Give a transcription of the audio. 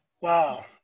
wow